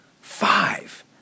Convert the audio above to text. Five